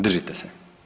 Držite se!